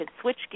switch